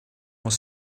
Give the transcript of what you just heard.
was